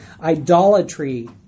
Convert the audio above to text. Idolatry